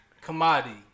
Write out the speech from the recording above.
commodity